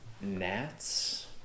Gnats